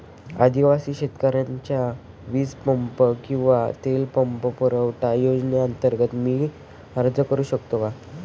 आदिवासी शेतकऱ्यांसाठीच्या वीज पंप किंवा तेल पंप पुरवठा योजनेअंतर्गत मी अर्ज करू शकतो का?